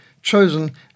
chosen